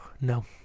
no